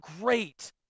great